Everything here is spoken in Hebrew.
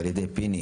על ידי פיני,